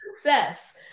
success